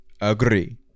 agree